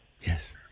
Yes